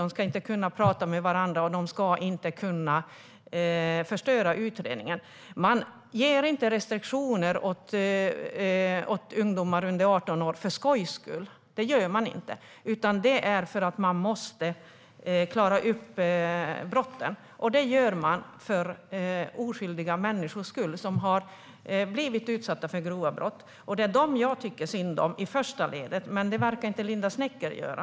De ska inte kunna prata med varandra och förstöra utredningen. Man ger inte restriktioner åt ungdomar under 18 år för skojs skull. Det görs för att man måste klara upp brott. Det sker för de oskyldiga människor skull som blivit utsatta för grova brott. Det är dem jag tycker synd om i första ledet, men det verkar inte Linda Snecker göra.